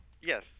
Yes